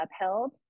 upheld